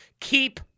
keep